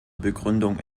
begründung